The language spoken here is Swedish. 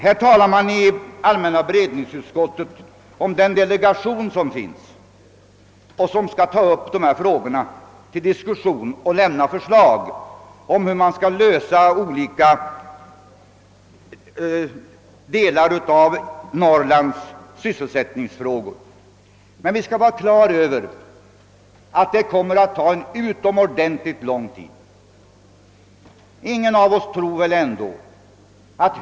Det talas i allmänna beredningsutskottets utlåtande om den delegation som skall behandla de frågorna och framlägga förslag på lösningar när det gäller problemen i olika delar av Norrland, men vi måste vara på det klara med att den delegationens arbete kommer att dra långt ut på tiden.